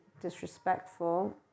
disrespectful